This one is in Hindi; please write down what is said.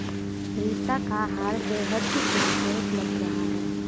रीता का हार बेहद खूबसूरत लग रहा है